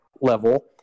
level